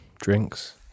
drinks